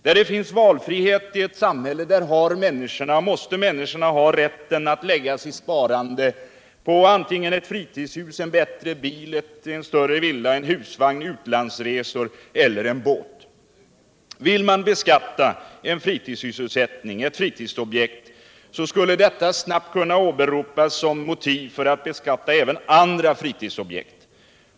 Där det finns valtrihet i ett samhälle måste människorna ha rätten att lägga sitt Sparande på antingen ett fritidshus, cn bättre bil. en större villa, en husvagn, utlandsresor eller en båt. Vill man beskatta en fritidssysselsättning, ett fritidsobjekt, skulle det snabbt kunna åberopas som motiv för att beskatta även andra fritidsobjekt.